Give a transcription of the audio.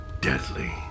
deadly